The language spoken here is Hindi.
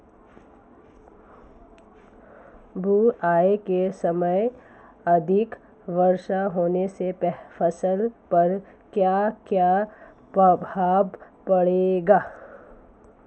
बुआई के समय अधिक वर्षा होने से फसल पर क्या क्या प्रभाव पड़ेगा?